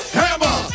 hammer